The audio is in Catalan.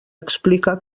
explica